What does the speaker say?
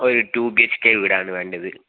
ഒരു two B H K വീടാണ് വേണ്ടത്